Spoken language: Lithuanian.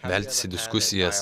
veltis į diskusijas